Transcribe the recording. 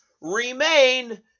remain